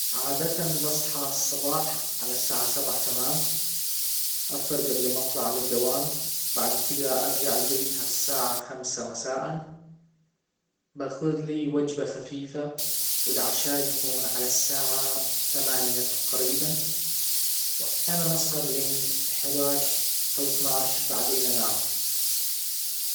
عادة بصحى الصباح على الساعة سبعة تمام افطر قبل ما اطلع للدوام بعد كذا ارجع البيت على الساعة خمسة مساء باخذلى وجبة خفيفة والعشاء يكون على الساعة ثمانية تقريبا واحيانا اسهر لين احد عشر او اثنى عشر بعدين انام